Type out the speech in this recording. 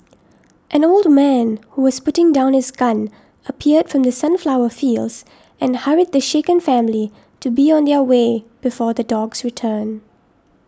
an old man who was putting down his gun appeared from the sunflower fields and hurried the shaken family to be on their way before the dogs return